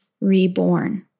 Reborn